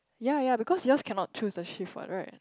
ya ya because yours cannot choose the shift [what] right